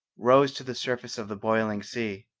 rose to the surface of the boiling sea.